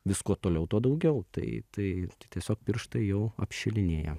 vis kuo toliau tuo daugiau tai tai tai tiesiog pirštai jau apšilinėja